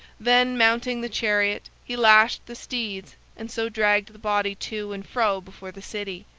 then mounting the chariot he lashed the steeds and so dragged the body to and fro before the city.